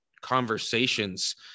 conversations